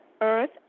earth